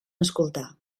escoltar